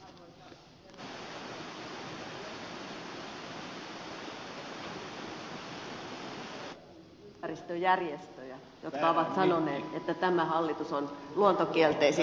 ministeri lehtomäelle ja edustaja tynkkyselle sanoisin että omassa puheessani siteerasin ympäristöjärjestöjä jotka ovat sanoneet että tämä hallitus on luontokielteisin